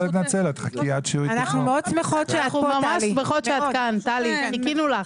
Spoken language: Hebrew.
אנחנו מאוד שמחות שאת כאן, טלי, חיכינו לך.